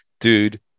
dude